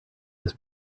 this